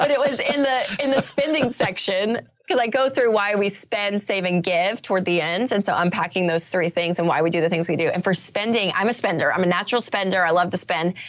um it was in the, in the spending section because i go through why we spend, save and give, toward the ends. and so unpacking those three things and why we do the things we do. and for spending i'm a spender, i'm a natural spender. i love to spend.